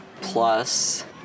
Plus